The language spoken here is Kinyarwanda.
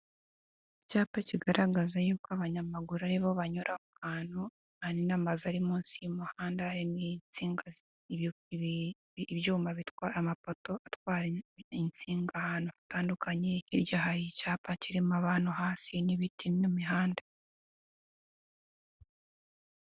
Icyapa kigaragaza y'uko abanyamaguru aribo banyura ahantu, n'amazu ari munsi y'umuhanda, hari n'ibyuma, amapoto atwara insinga ahantu hatandukanye hirya hari icyapa kirimo abantu hasi n'ibiti n'imihanda.